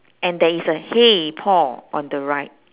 and there is a !hey! paul on the right